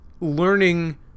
learning